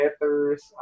letters